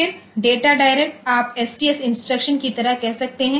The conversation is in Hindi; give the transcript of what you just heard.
फिर डेटा डायरेक्ट आप एसटीएस इंस्ट्रक्शन की तरह कह सकते हैं